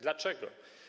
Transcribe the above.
Dlaczego?